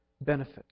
benefit